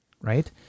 right